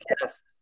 yes